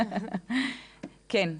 כן.